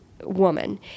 woman